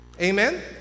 Amen